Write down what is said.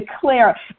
declare